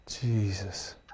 jesus